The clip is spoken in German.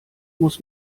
muss